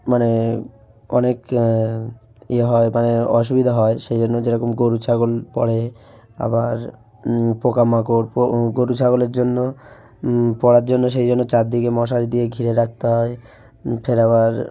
মানে অনেক ইয়ে হয় মানে অসুবিধা হয় সেই জন্য যেরকম গরু ছাগল পড়ে আবার পোকা মাকড় পো গরু ছাগলের জন্য পড়ার জন্য সেই জন্য চারদিকে মশারি দিয়ে ঘিরে রাখতে হয় ফের আবার